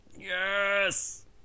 Yes